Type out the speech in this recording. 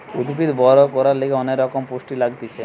উদ্ভিদ বড় করার লিগে অনেক রকমের পুষ্টি লাগতিছে